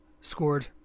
scored